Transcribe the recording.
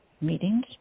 meetings